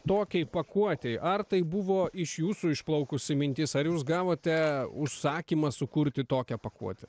tokiai pakuotei ar tai buvo iš jūsų išplaukusi mintis ar jūs gavote užsakymą sukurti tokią pakuotę